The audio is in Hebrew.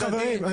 חברים,